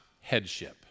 headship